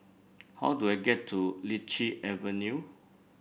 how do I get to Lichi Avenue